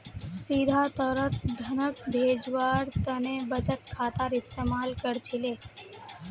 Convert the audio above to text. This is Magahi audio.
सीधा तौरत धनक भेजवार तने बचत खातार इस्तेमाल कर छिले